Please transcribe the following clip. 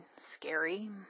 scary